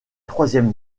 troisième